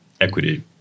equity